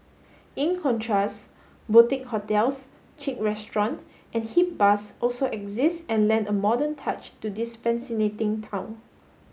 in contrast boutique hotels chic restaurant and hip bars also exist and lend a modern touch to fasinating town